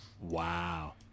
Wow